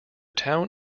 town